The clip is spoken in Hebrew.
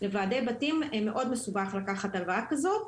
לוועדי בתים מאוד מסובך לקחת הלוואה כזאת.